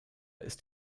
ist